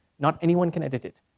not anyone can edit it.